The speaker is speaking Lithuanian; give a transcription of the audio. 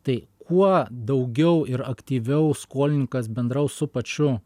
tai kuo daugiau ir aktyviau skolininkas bendraus su pačiu